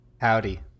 Howdy